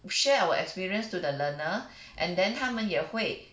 we share our experience to the learner and then 他们也会